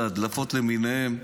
זה ההדלפות למיניהן.